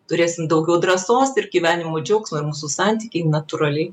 turėsim daugiau drąsos ir gyvenimo džiaugsmo ir mūsų santykiai natūraliai